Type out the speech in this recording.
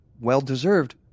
well-deserved